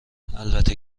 البته